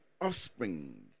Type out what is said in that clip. offspring